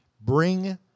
Bring